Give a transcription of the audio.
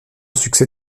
succès